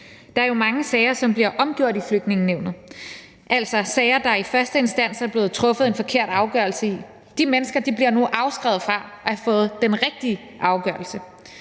Der er jo mange sager, som bliver omgjort i Flygtningenævnet, altså sager, der i første instans er blevet truffet en forkert afgørelse i. De mennesker bliver nu afskåret fra at få den rigtige afgørelse.